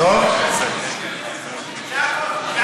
זה הכול.